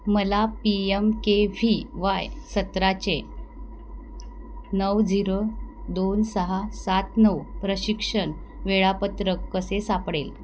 मला P M K V Y सत्राचे नऊ झिरो दोन सहा सात नऊ प्रशिक्षण वेळापत्रक कसे सापडेल